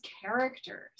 characters